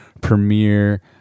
premiere